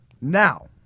Now